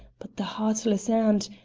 but the heartless aunt,